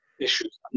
issues